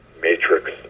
matrix